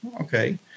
Okay